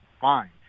Fine